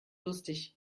lustig